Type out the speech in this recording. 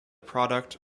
product